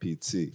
PT